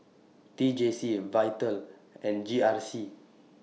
T J C Vital and G R C